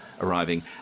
arriving